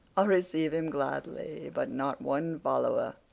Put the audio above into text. i'll receive him gladly, but not one follower.